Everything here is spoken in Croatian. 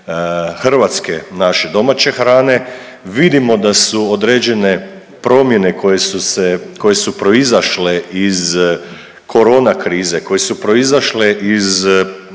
hrvatske naše domaće hrane. Vidimo da su određene promjene koje su se, koje su proizašle iz korona krize, koje su proizašle iz